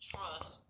trust